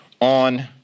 on